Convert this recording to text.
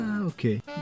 okay